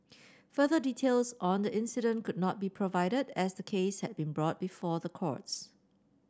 further details on the incident could not be provided as the case had been brought before the courts